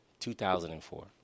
2004